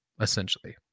Essentially